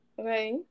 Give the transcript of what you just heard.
Okay